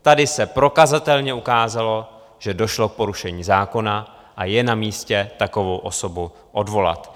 Tady se prokazatelně ukázalo, že došlo k porušení zákona, a je namístě takovou osobu odvolat.